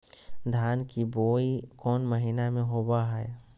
धान की बोई कौन महीना में होबो हाय?